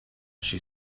she